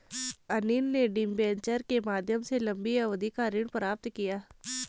अनिल ने डिबेंचर के माध्यम से लंबी अवधि का ऋण प्राप्त किया